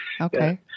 Okay